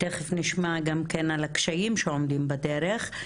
תיכף נשמע על הקשיים שעומדים בדרך.